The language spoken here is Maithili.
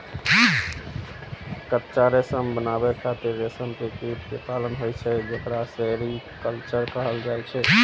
कच्चा रेशम बनाबै खातिर रेशम के कीट कें पालन होइ छै, जेकरा सेरीकल्चर कहल जाइ छै